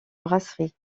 brasserie